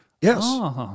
Yes